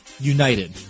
United